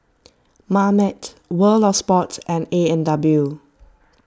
Marmite World of Sports and A and W